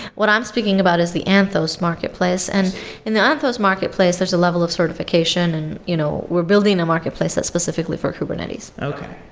what i'm speaking about is the anthos marketplace. and in the anthos marketplace, there's a level of certification and you know we're building a marketplace that's specifically for kubernetes okay.